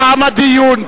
תם הדיון.